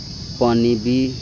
پانی بھی